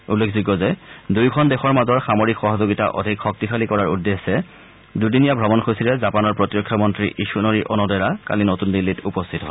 উল্লেখযোগ্য যে দুয়োখন দেশৰ মাজৰ সামৰিক সহযোগিতা অধিক শক্তিশালী কৰাৰ উদ্দেশ্যে দূদিনীয়া ভ্ৰমণসূচীৰে জাপানৰ প্ৰতিৰক্ষা মন্ত্ৰী ইছুনৰী অনডেৰা কালি নতুন দিল্লীত উপস্থিত হয়